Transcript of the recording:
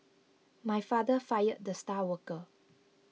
my father fired the star worker